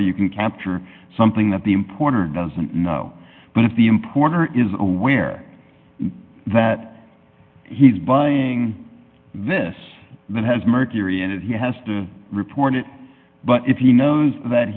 you can capture something that the importer doesn't know but if the importer is aware that he's buying this that has mercury in it he has to report it but if he knows that